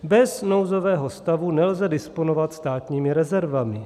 Bez nouzového stavu nelze disponovat státními rezervami.